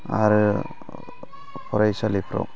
आरो फरायसालिफोराव